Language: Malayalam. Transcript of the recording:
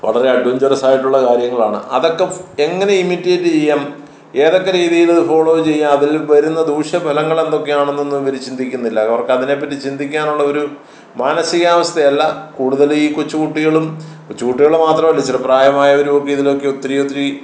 വളരെ അഡ്വഞ്ചറസ്സായിട്ടുള്ള കാര്യങ്ങളാണ് അതൊക്കെ എങ്ങനെ ഇമിറ്റേറ്റ് ചെയ്യാം ഏതൊക്കെ രീതിയിൽ അത് ഫോളോ ചെയ്യാം അതിൽ വരുന്ന ദൂഷ്യഫലങ്ങൾ എന്തൊക്കെയാണെന്നെന്നും ഇവർ ചിന്തിക്കുന്നില്ല അവർക്ക് അതിനെ പറ്റി ചിന്തിക്കാനുള്ള ഒരു മാനസികാവസ്ഥ അല്ല കൂടുതൽ ഈ കൊച്ചുകുട്ടികളും കൊച്ചുകുട്ടികൾ മാത്രമല്ല ചില പ്രായമായവരും ഒക്കെ ഇതിലൊക്കെ ഒത്തിരി ഒത്തിരി